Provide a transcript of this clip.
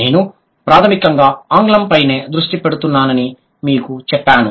నేను ప్రాథమికంగా ఆంగ్లంపైనే దృష్టి పెడుతున్నానని మీకు చెప్పాను